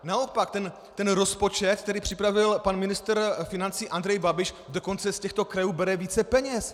Naopak ten rozpočet, který připravil pan ministr financí Andrej Babiš, dokonce z těchto krajů bere více peněz.